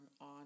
on